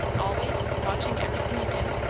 always, watching everything you do?